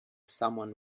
someone